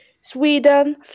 Sweden